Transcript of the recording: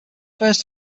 first